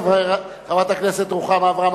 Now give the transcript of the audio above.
חברת הכנסת רוחמה אברהם,